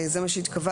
זה מה שהתכוונו.